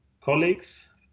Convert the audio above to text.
colleagues